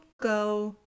go